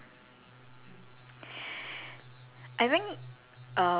err the worst way to meet my future significant other ah hmm